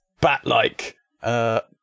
bat-like